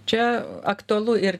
čia aktualu ir